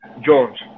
Jones